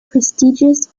prestigious